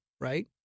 right